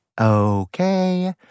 Okay